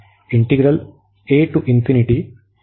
integral हे converge होते